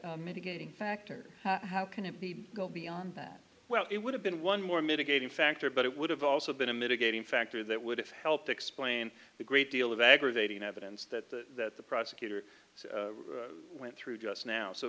more mitigating factor how can it be go beyond that well it would have been one more mitigating factor but it would have also been a mitigating factor that would have helped explain the great deal of aggravating evidence that the prosecutor went through just now so